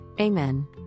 Amen